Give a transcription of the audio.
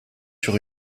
sur